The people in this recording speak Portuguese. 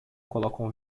colocam